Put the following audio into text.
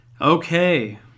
Okay